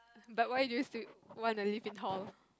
but why do you still want to live in hall